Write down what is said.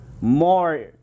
more